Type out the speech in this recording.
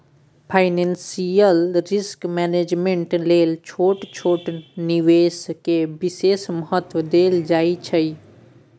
financial risk management लेल छोट छोट निवेश के विशेष महत्व देल जाइ छइ